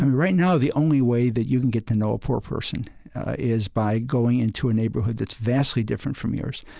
right now, the only way that you can get to know a poor person is by going into a neighborhood that's vastly different from yours